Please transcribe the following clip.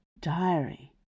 Diary